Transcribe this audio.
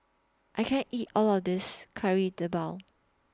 I can't eat All of This Kari Debal